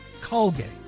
Colgate